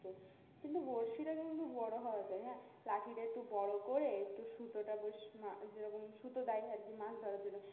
তো কিন্তু বঁড়শিটা কিন্তু বড়ো হওয়া যায় হ্যাঁ লাঠিটা একটু বড়ো করে একটু সুতোটা বেস মা যেরকম সুতো দেয় আর কি মাছ ধরার জন্য